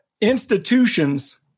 institutions